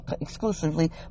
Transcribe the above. exclusively